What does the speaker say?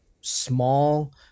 small